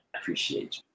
appreciate